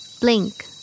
Blink